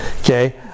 okay